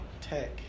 Tech